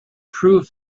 prove